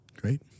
Great